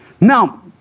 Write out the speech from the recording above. Now